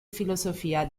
filosofia